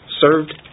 Served